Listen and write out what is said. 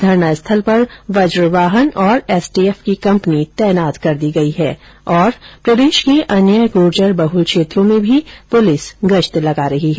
धरना स्थल पर वजवाहन और एसटीएफ की कम्पनी तैनात कर दी गई है और प्रदेश के अन्य गुर्जर बहुल क्षेत्रों में भी पुलिस गश्त लगा रही है